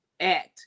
act